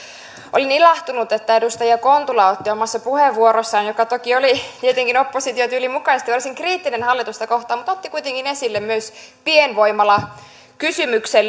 olin ilahtunut että edustaja kontula otti omassa puheenvuorossaan joka toki oli tietenkin opposition tyylin mukaisesti varsin kriittinen hallitusta kohtaan mutta kuitenkin esille myös pienvoimalakysymyksen